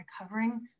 recovering